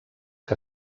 que